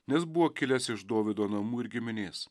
nes buvo kilęs iš dovydo namų ir giminės